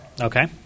Okay